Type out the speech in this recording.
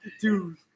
dude